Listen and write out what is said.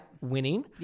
winning